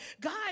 God